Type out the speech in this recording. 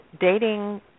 dating